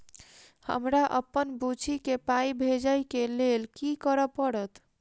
हमरा अप्पन बुची केँ पाई भेजइ केँ लेल की करऽ पड़त?